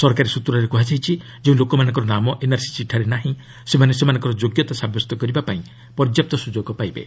ସରକାରୀ ସୂତ୍ରରେ କୁହାଯାଇଛି ଯେଉଁ ଲୋକମାନଙ୍କର ନାମ ଏନ୍ଆର୍ସି ଚିଠାରେ ନାହିଁ ସେମାନେ ସେମାନଙ୍କର ଯୋଗ୍ୟତା ସାବ୍ୟସ୍ତ କରିବାପାଇଁ ପର୍ଯ୍ୟାପ୍ତ ସୁଯୋଗ ପାଇବେ